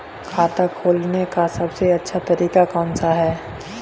खाता खोलने का सबसे अच्छा तरीका कौन सा है?